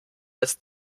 das